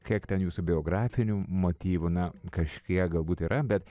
kiek ten jūsų biografinių motyvų na kažkiek galbūt yra bet